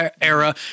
Era